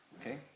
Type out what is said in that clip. Okay